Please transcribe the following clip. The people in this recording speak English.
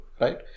right